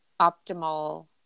optimal